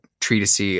treatise